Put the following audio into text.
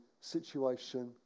situation